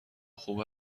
خوب